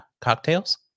cocktails